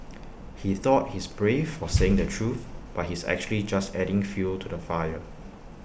he thought he's brave for saying the truth but he's actually just adding fuel to the fire